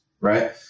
right